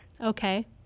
Okay